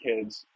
kids